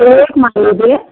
एक महीने